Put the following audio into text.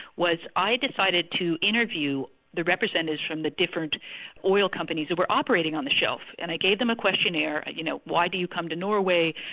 was i decided to interview the representatives from the different oil companies who were operating on the shelf, and i gave them a questionnaire, you know, why do you come to norway?